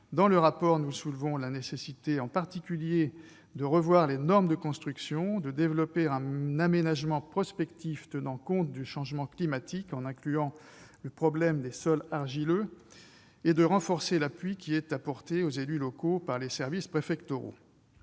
Dans le rapport, nous soulevons notamment la nécessité de revoir les normes de construction, de développer un aménagement prospectif tenant compte du changement climatique et du problème des sols argileux et de renforcer l'appui apporté aux élus locaux par les services préfectoraux.